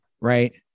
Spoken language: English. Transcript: right